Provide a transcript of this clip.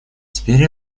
теперь